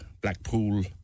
Blackpool